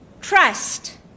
Trust